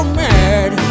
mad